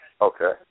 okay